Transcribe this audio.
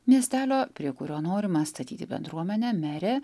miestelio prie kurio norima statyti bendruomenę merė